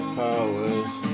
powers